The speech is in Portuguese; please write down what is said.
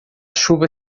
chuva